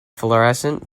florescent